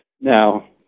Now